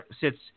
sits